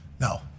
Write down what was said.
No